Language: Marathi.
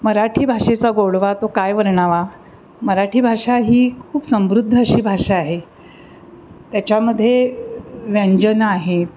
मराठी भाषेचा गोडवा तो काय वर्णावा मराठी भाषा ही खूप समृद्ध अशी भाषा आहे त्याच्यामध्ये व्यंजनं आहेत